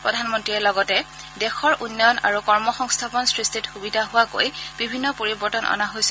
প্ৰধানমন্ত্ৰীয়ে কয় যে দেশৰ উন্নয়ন আৰু কৰ্মসংস্থাপন সৃষ্টিত সূবিধা হোৱাকৈ বিভিন্ন পৰিৱৰ্তন অনা হৈছে